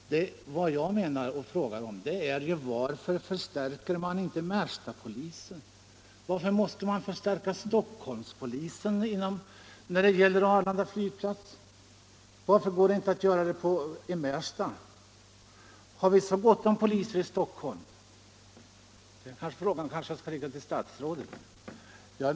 Vad jag frågar är: Varför förstärker man inte Märstapolisen? Varför måste man förstärka Stockholmspolisen när det gäller Arlanda flygplats? Den frågan kanske jag skulle rikta till statsrådet.